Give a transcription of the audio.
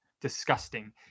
disgusting